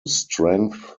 strength